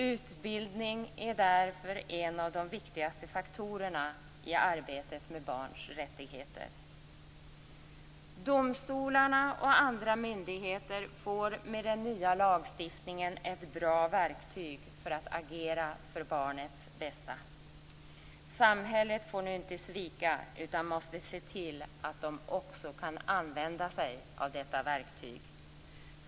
Utbildning är därför en av de viktigaste faktorerna i arbetet med barns rättigheter. Domstolar och andra myndigheter får med den nya lagstiftningen ett bra verktyg för att agera för barnets bästa. Samhället får nu inte svika utan måste se till att de också kan använda sig av detta verktyg.